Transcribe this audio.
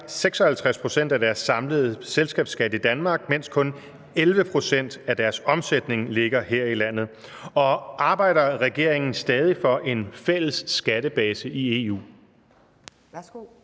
56 pct. af deres samlede selskabsskat i Danmark, mens kun 11 pct. af deres omsætning ligger her i landet, og arbejder regeringen stadig for »en fælles skattebase i EU«?